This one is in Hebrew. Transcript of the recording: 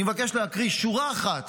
אני מבקש להקריא שורה אחת